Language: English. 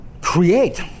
create